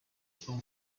from